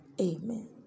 Amen